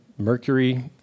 Mercury